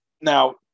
Now